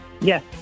yes